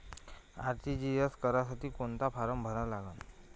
RTGS करासाठी कोंता form भरा लागन?